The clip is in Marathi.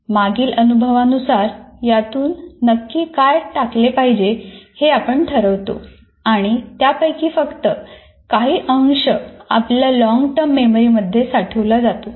मागील अनुभवानुसार यातून नक्की काय टाकले पाहिजे हे आपण ठरवतो आणि त्यापैकी फक्त काही अंश आपल्या लॉन्गटर्म मेमरी मध्ये साठवला जातो